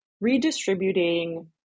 redistributing